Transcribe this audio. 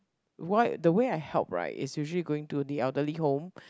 why the way I help right is usually going to the elderly home